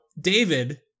David